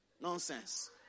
Nonsense